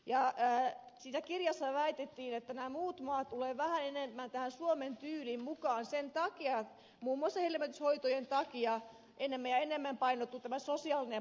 siinä kirjassa väitettiin että nämä muut maat tulevat vähän enemmän tähän suomen tyyliin mukaan muun muassa hedelmöityshoitojen takia ja enemmän ja enemmän painottuu tämä sosiaalinen puoli